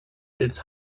its